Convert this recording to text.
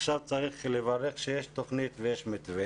אבל עכשיו צריך לברך על כך שיש תוכנית ויש מתווה.